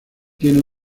tiene